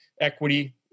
equity